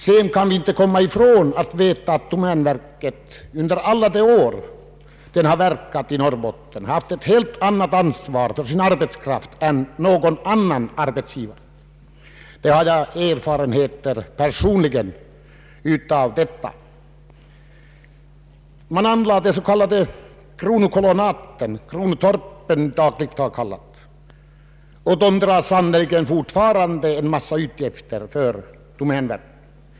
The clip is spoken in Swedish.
Vi kan vidare inte komma ifrån att domänverket under alla år det har bedrivit sin verksamhet i Norrbotten har haft ett helt annat ansvar för sin arbetskraft än någon annan arbetsgivare. Jag har personligen erfarenheter av detta. Domänverket anlade s.k. kronokolonat — i dagligt tal kallade kronotorp — och de medför fortfarande en massa utgifter för domänverket.